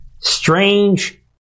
strange